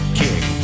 kick